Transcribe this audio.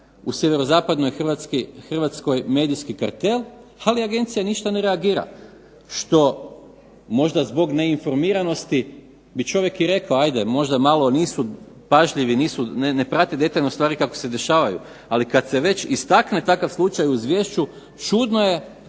Hrvatskoj medijski kartel ali agencija ništa ne reagira, što možda zbog neinformiranosti bi čovjek i rekao ajde nisu pažljivi ne prate detaljno stvari kako se dešavaju. Ali kad se već istakne takav slučaj u Izvješću čudno je